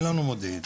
אין לנו מודיעין.